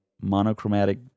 monochromatic